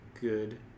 good